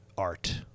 Art